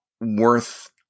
worth